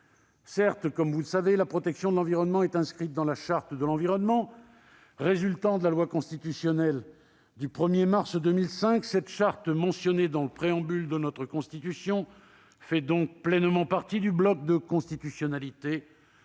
Certes, comme vous le savez, elle est inscrite dans la Charte de l'environnement résultant de la loi constitutionnelle du 1 mars 2005. Cette Charte, mentionnée dans le préambule de notre Constitution, fait donc pleinement partie du bloc de constitutionnalité,